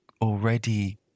already